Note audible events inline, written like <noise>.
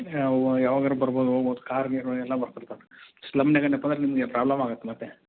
<unintelligible> ಯಾವಾಗಾರೂ ಬರ್ಬೋದು ಹೋಗ್ಬೋದು ಕಾರ್ ಗೀರು ಎಲ್ಲ ಬರ್ತಿರ್ತವೆ ಸ್ಲಮ್ನ್ಯಾಗೆ ಏನಪ್ಪ ಅಂದರೆ ನಿಮಗೆ ಪ್ರಾಬ್ಲಮ್ಮಾಗತ್ತೆ ಮತ್ತೆ